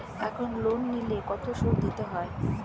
এখন লোন নিলে কত সুদ দিতে হয়?